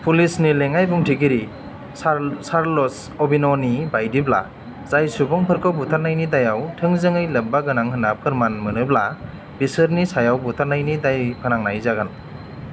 पुलिसनि लेङाइ बुंथिगिरि चार्ल्स अ'विन'नि बायदिब्ला जाय सुबुंफोरखौ बुथारनायनि दायाव थोंजोङै लोब्बागोनां होनना फोरमान मोनोब्ला बिसोरनि सायाव बुथारनायनि दाय फोनांनाय जागोन